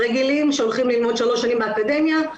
רגילים שהולכים ללמוד שלוש שנים באקדמיה.